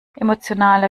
emotionale